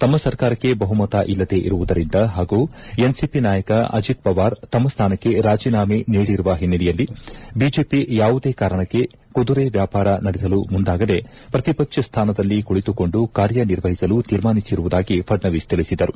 ತಮ್ಮ ಸರ್ಕಾರಕ್ಕೆ ಬಹುಮತ ಇಲ್ಲದೇ ಇರುವುದರಿಂದ ಹಾಗೂ ಎನ್ಸಿಪಿ ನಾಯಕ ಅಜಿತ್ ಪವಾರ್ ತಮ್ನ ಸ್ಥಾನಕ್ಷೆ ರಾಜೀನಾಮೆ ನೀಡಿರುವ ಹಿನ್ನೆಲೆಯಲ್ಲಿ ಬಿಜೆಪಿ ಯಾವುದೇ ಕಾರಣಕ್ಕೆ ಕುದುರೆ ವ್ಯಾಪಾರ ನಡೆಸಲು ಮುಂದಾಗದೇ ಪ್ರತಿಪಕ್ಷ ಸ್ಥಾನದಲ್ಲಿ ಕುಳಿತುಕೊಂಡು ಕಾರ್ಯ ನಿರ್ವಹಿಸಲು ತೀರ್ಮಾನಿಸಿರುವುದಾಗಿ ಫಡ್ನವೀಸ್ ತಿಳಿಸಿದರು